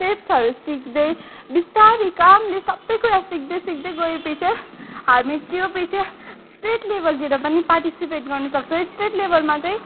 स्टेप्सहरू सिक्दै बिस्तारी कामली सबै कुरा सिक्दै सिक्दै गएपछि हामी त्यो पछि स्टेट लेबलतिर पनि पार्टिसिपेट गर्नु सक्छ स्टेट लेबलमा चाहिँ